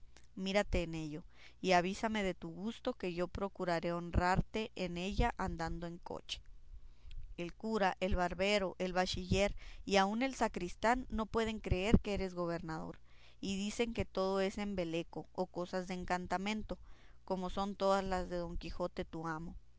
mírate en ello y avísame de tu gusto que yo procuraré honrarte en ella andando en coche el cura el barbero el bachiller y aun el sacristán no pueden creer que eres gobernador y dicen que todo es embeleco o cosas de encantamento como son todas las de don quijote tu amo